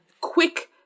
quick